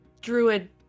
Druid